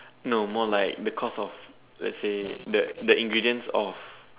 no more like the cost of let's say the the ingredients of